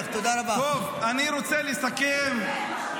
שרוצה לעשות דה-לגיטימציה -- אתה לא תגיד "כיבוש ארור",